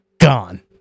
gone